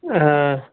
हाँ